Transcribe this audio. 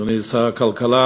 שלום, אדוני שר הכלכלה,